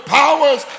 powers